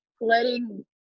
letting